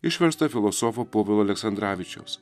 išverstą filosofo povilo aleksandravičiaus